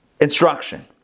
instruction